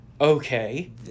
Okay